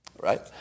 Right